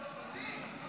תוציא.